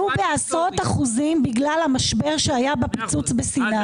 מחירי החשמל עלו בעשרות אחוזים בגלל המשבר שהיה עם הפיצוץ בסיני.